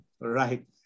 right